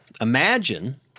Imagine